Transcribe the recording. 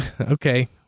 okay